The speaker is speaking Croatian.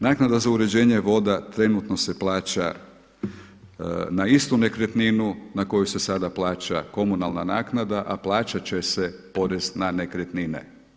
Naknada za uređenje voda trenutno se plaća na istu nekretninu na koju se sada plaća komunalna naknada, a plaćat će se porez na nekretnine.